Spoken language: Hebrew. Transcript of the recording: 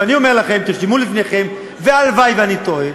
ואני אומר לכם, תרשמו לפניכם, והלוואי שאני טועה: